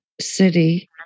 city